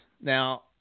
now